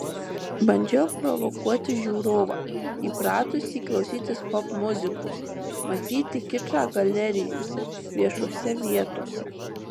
bandžiau provokuoti žiūrovą įpratusį klausytis popmuzikos matyti kičą galerijose viešose vietose